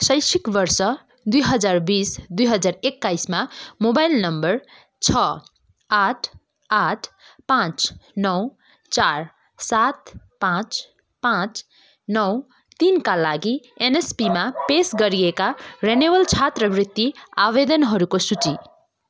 शैक्षिक वर्ष दुई हजार बिस दुई हजार एक्काइसमा मोबाइल नम्बर छ आठ आठ पाँच नौ चार सात पाँच पाँच नौ तिनका लागि एनएसपीमा पेस गरिएका रिनिवल छात्रवृत्ति आवेदनहरूको सूची